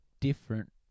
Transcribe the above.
different